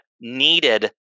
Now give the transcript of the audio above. needed